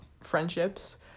friendships